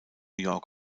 york